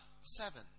seven